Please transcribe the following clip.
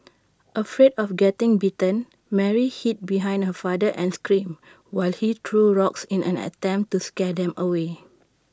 afraid of getting bitten Mary hid behind her father and screamed while he threw rocks in an attempt to scare them away